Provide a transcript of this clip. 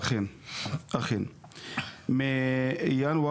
האמת היא שאני לא הייתי צריך לנהל